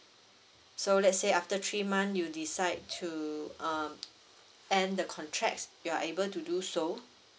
so let's say after three months you decide to um end the contracts you are able to do so